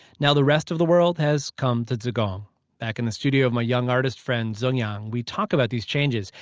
now the rest of the world has come to zigong back in the studio of my young artist friend zeng yang, we talk about these changes.